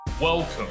welcome